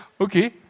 Okay